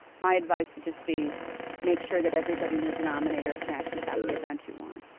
my advice would just be make sure that everybody in your denominator can actually have the events you want.